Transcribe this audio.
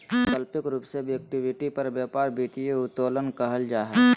वैकल्पिक रूप से इक्विटी पर व्यापार वित्तीय उत्तोलन कहल जा हइ